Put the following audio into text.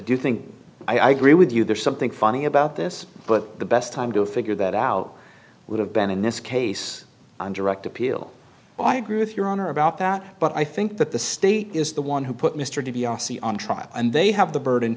do think i agree with you there's something funny about this but the best time to figure that out would have been in this case on direct appeal i agree with your honor about that but i think that the state is the one who put mr di biase on trial and they have the burd